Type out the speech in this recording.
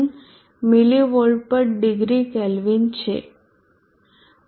1 milli volt પર degree Kelvin છે